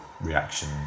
reaction